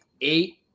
eight